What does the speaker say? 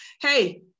Hey